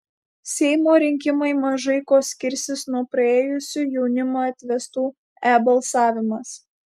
seimo rinkimai mažai kuo skirsis nuo praėjusiųjų jaunimą atvestų e balsavimas